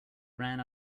ran